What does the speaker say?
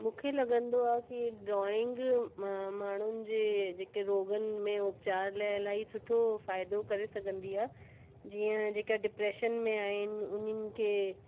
मूंखे लॻंदो आहे की ड्रॉइंग माण्हुनि जे जेके रोॻनि में उपचार लाइ इलाही सुठो फ़ाइदो करे सघंदी आहे जीअं जेका डिप्रैशन में आहिनि उन्हनि खे